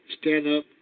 stand-up